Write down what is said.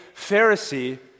Pharisee